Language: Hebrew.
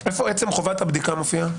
מופיעה עצם חובת הבדיקה?